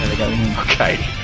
Okay